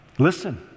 Listen